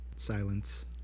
Silence